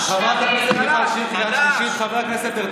חברת הכנסת מאי גולן, חברת הכנסת מאי גולן.